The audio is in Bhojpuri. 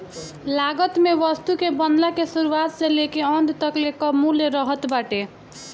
लागत में वस्तु के बनला के शुरुआत से लेके अंत तकले कअ मूल्य रहत बाटे